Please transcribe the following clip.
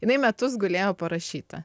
jinai metus gulėjo parašyta